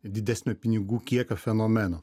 didesnio pinigų kiekio fenomenu